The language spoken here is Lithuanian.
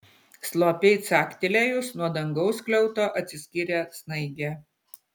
slopiai caktelėjus nuo dangaus skliauto atsiskyrė snaigė